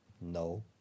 No